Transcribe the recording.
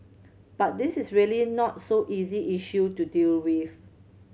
but this is really not so easy issue to deal with